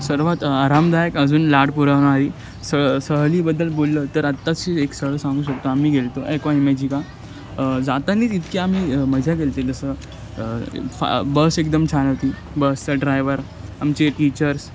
सर्वात आरामदायक अजून लाड पुरवणारी स सहलीबद्दल बोललं तर आताची एक सहल सांगू शकतो आम्ही गेलो होतो एक्वा इमेजिका जातानाच इतकी आम्ही मजा केली होती जसं फा बस एकदम छान होती बसचं ड्रायवर आमचे टीचर्स